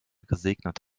gesegnet